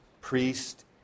priest